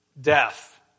death